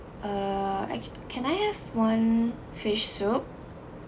uh I can I have one fish soup